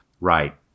Right